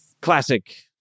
Classic